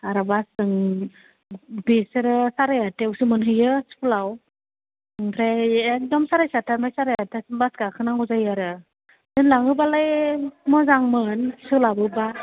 आरोबा जोंनि बेसोरो साराय आठथायावसो मोनहैयो स्कुलाव ओमफ्राय एखदम साराय साठथानिफ्राय साराय आठथा सिम बास गाखोनांगौ जायो आरो दोनलाङोब्लाय मोजांमोन सोलाबोब्ला